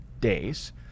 days